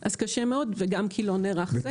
זה קשה מאוד, וגם כי לא נערך סקר.